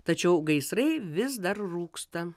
tačiau gaisrai vis dar rūksta